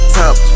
top